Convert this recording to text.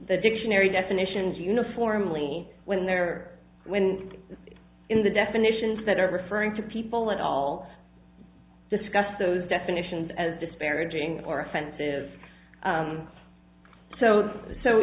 the dictionary definitions uniformly when they're when in the definitions that are referring to people at all discuss those definitions as disparaging or offensive so so